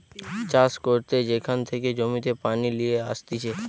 চাষ করতে যেখান থেকে জমিতে পানি লিয়ে আসতিছে